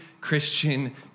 Christian